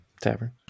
tavern